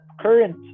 current